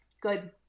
Good